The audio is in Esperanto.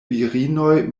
virinoj